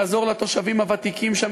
לעזור לתושבים הוותיקים שם,